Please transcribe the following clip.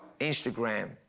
Instagram